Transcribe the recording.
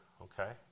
okay